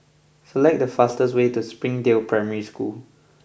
select the fastest way to Springdale Primary School